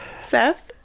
Seth